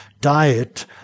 diet